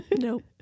Nope